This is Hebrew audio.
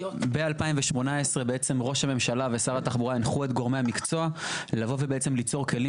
ב-2018 ראש הממשלה ושר התחבורה הנחו את גורמי המקצוע ליצור כלים